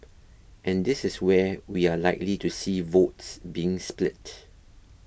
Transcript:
and this is where we are likely to see votes being split